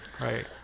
Right